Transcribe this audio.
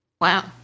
Wow